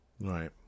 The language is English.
Right